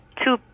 two